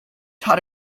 taught